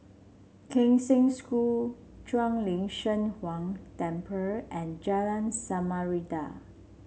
Kheng Cheng School Shuang Lin Cheng Huang Temple and Jalan Samarinda